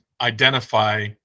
identify